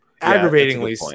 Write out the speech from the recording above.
Aggravatingly